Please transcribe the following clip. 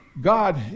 God